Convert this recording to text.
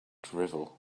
drivel